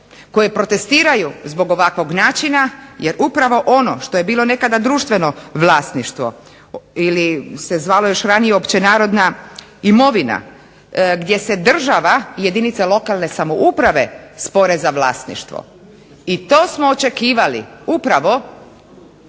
koje protestiraju zbog ovakvog načina jer upravo ono što je bilo društveno vlasništvo ili se zvalo ranije opće narodna imovina gdje se država i jedinice lokalne samouprave spore za vlasništvo i to smo očekivali upravo